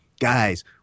Guys